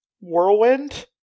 Whirlwind